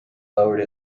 lowered